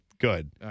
good